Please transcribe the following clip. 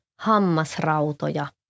hammasrautoja